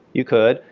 you could.